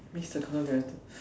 means the colour damn